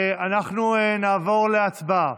אנחנו נעבור להצבעה.